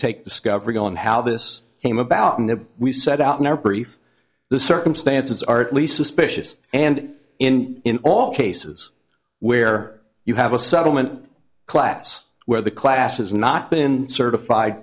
take discovery on how this came about and if we set out in our brief the circumstances are at least suspicious and in in all cases where you have a settlement class where the class has not been certified